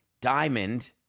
Diamond